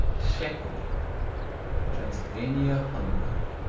szekely transylvania, hungary